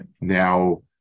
Now